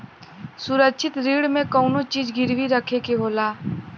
सुरक्षित ऋण में कउनो चीज गिरवी रखे के होला